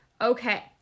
Okay